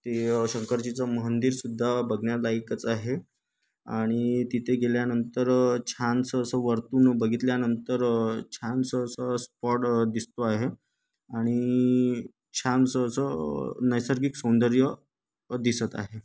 ते शंकरजीचं मंदिर सुद्धा बघण्यालायकच आहे आणि तिथे गेल्यानंतर छानसं असं वरतून बघितल्यानंतर छानसं असं स्पॉट दिसतो आहे आणि छानसं असं नैसर्गिक सौंदर्य दिसत आहे